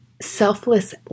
selfless